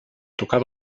tocar